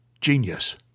Genius